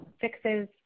fixes